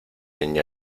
niña